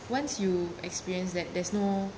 once you experience that there's no